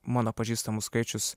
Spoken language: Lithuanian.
mano pažįstamų skaičius